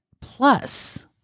Plus